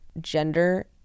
gender